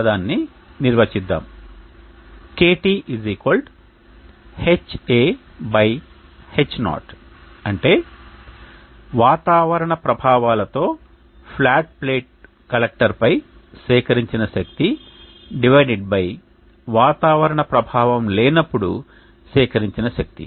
KT Ha H0 అంటే వాతావరణ ప్రభావాలతో ఫ్లాట్ ప్లేట్ కలెక్టర్పై సేకరించిన శక్తి వాతావరణ ప్రభావం లేనప్పుడు సేకరించిన శక్తి